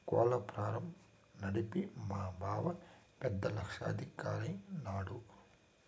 కోళ్ల ఫారం నడిపి మా బావ పెద్ద లక్షాధికారైన నాడు